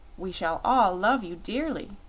we shall all love you dearly,